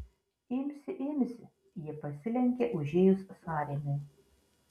imsi imsi ji pasilenkė užėjus sąrėmiui